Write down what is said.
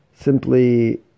simply